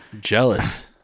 Jealous